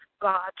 God